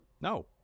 No